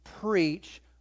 preach